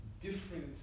different